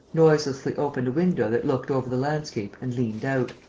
noiselessly opened a window that looked over the landscape and leant out.